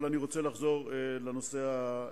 אבל אני רוצה לחזור לנושא העיקרי.